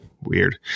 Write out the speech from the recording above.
weird